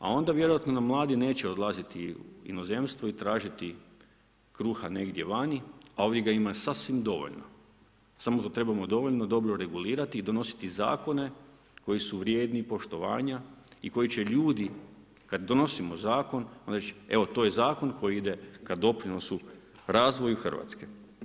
A onda vjerojatno nam mladi neće odlaziti u inozemstvo i tražiti kruha negdje vani, a ovdje ga ima sasvim dovoljno, samo to trebamo dovoljno dobro regulirati i donositi zakone koji su vrijedni poštovanja i koji će ljudi kad donosimo zakon reći evo to je zakon koji ide ka doprinosu razvoju Hrvatske.